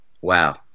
wow